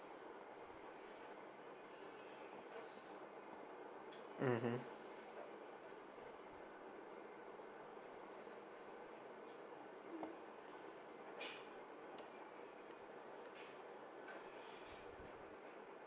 mmhmm